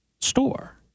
store